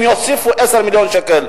אם יוסיפו עשר מיליון שקל,